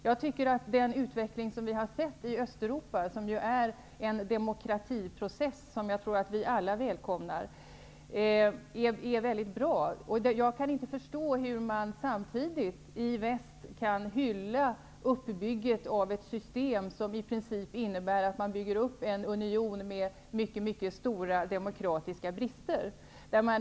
Jag tycker att den utveckling som vi har sett i Östeuropa, en demokratiprocess som jag tror att vi alla välkomnar, är väldigt bra, och jag kan inte förstå hur man samtidigt i väst kan hylla uppbyggandet av ett system som i princip innebär en union med mycket mycket stora demokratiska brister.